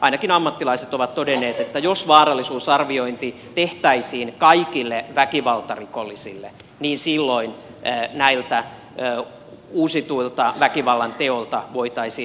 ainakin ammattilaiset ovat todenneet että jos vaarallisuusarviointi tehtäisiin kaikille väkivaltarikollisille niin silloin näiltä uusituilta väkivallanteoilta voitaisiin välttyä